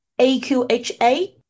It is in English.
AQHA